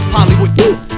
Hollywood